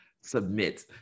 submit